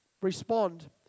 respond